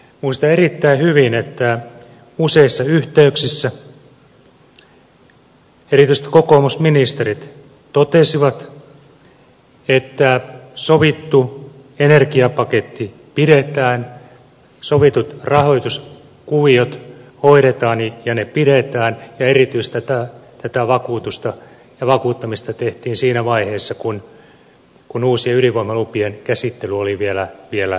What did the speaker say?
muistan erittäin hyvin että useissa yhteyksissä erityisesti kokoomusministerit totesivat että sovittu energiapaketti pidetään sovitut rahoituskuviot hoidetaan ja ne pidetään ja erityisesti tätä vakuutusta ja vakuuttamista tehtiin siinä vaiheessa kun uusien ydinvoimalupien käsittely oli vielä edessä